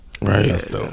right